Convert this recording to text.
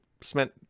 spent